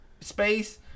space